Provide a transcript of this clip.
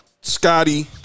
Scotty